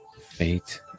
Fate